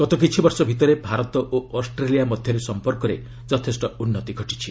ଗତ କିଛିବର୍ଷ ଭିତରେ ଭାରତ ଓ ଅଷ୍ଟ୍ରେଲିଆ ମଧ୍ୟରେ ସମ୍ପର୍କରେ ଯଥେଷ୍ଟ ଉନ୍ନତି ଘଟିଛି